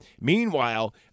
meanwhile